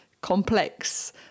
complex